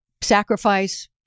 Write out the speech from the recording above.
sacrifice